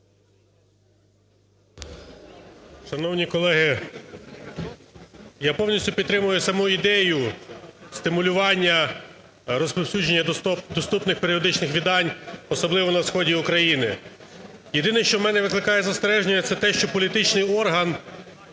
Шановні колеги, я повністю підтримую саму ідею стимулювання розповсюдження доступних періодичних видань, особливо на сході України. Єдине, що в мене викликає застереження, – це те, що політичний орган